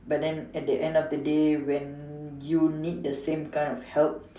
but then at the end of the day when you need the same kind of help